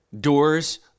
doors